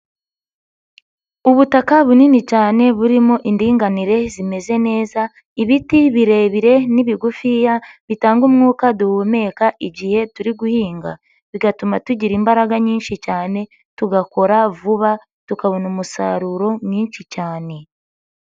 Ubutaka bunini cyane burimo indinganire zimeze neza ibiti birebire n'ibigufiya bitanga umwuka duhumeka igihe turi guhinga bigatuma tugira imbaraga nyinshi cyane tugakora vuba tukabona umusaruro mwinshi cyane.